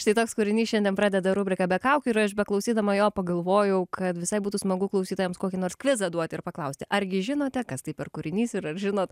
štai toks kūrinys šiandien pradeda rubriką be kaukių ir aš beklausydama jo pagalvojau kad visai būtų smagu klausytojams kokį nors kvizą duoti ir paklausti argi žinote kas tai per kūrinys ir žinot